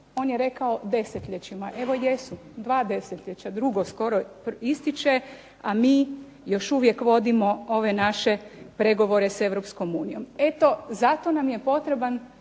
On je rekao desetljećima, evo jesu, dva desetljeća, drugo skoro ističe, a mi još uvijek vodimo ove naše pregovore s Europskom unijom. Eto zato nam je potreban